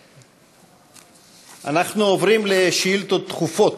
אנחנו עוברים לשאילתות דחופות.